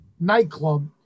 nightclub